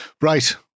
right